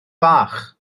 bach